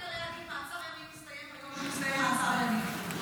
אין בעיה להגיד מעצר ימים מסתיים ביום שמסתיים מעצר ימים,